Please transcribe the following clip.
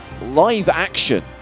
live-action